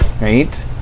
Right